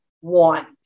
one